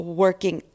working